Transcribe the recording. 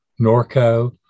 Norco